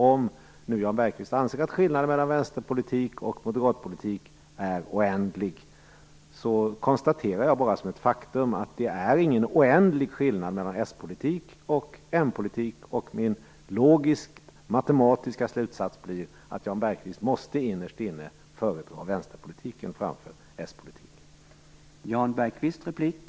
Om nu Jan Bergqvist anser att skillnaden mellan vänsterpolitik och moderatpolitik är oändlig, konstaterar jag bara som ett faktum att det inte är en oändlig skillnad mellan s-politik och m-politik. Min logiskt matematiska slutsats blir att Jan Bergqvist innerst inne måste föredra vänsterpolitiken framför s-politiken.